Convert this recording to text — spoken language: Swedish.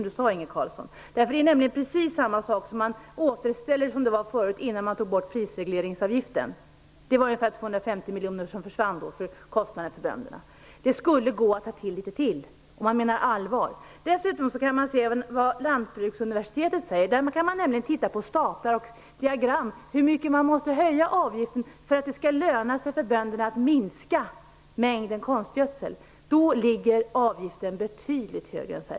Det är nämligen samma sak som att återställa till hur det var förut innan man tog bort prisregleringsavgiften. Det var ungefär 250 miljoner som då försvann i kostnader för bönderna. Det skulle gå att ta till litet mer om man menar allvar. Dessutom kan man se vad Lantbruksuniversitetet säger. Där kan man nämligen se på staplar och diagram hur mycket man måste höja avgiften för att det skall löna sig för bönderna att minska mängden konstgödsel. Då skulle avgiften ligga betydligt högre än så här.